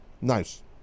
Nice